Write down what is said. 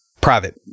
private